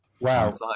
Wow